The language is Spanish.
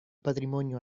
patrimonio